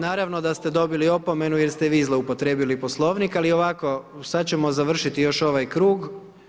Naravno da ste dobili opomenu jer ste vi zloupotrijebili Poslovnik, ali ovako sad ćemo završiti još ovaj krug.